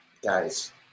guys –